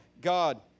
God